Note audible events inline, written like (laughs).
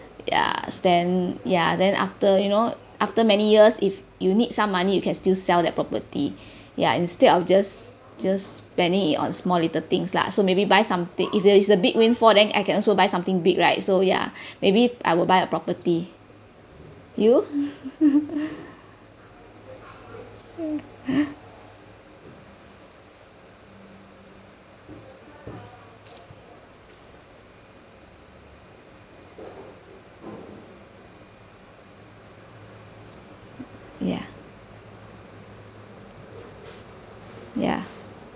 ya then ya then after you know after many years if you need some money you can still sell that property (breath) ya instead of just just spending it on small little things lah so maybe buy something if there is a big windfall I can also buy something big right so ya (breath) maybe I will buy a property you (laughs) ya ya